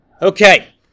Okay